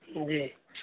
جی